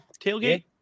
tailgate